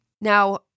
Now